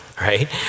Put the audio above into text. right